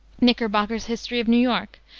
knickerbocker's history of new york,